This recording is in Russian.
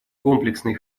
комплексный